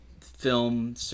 film